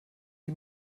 die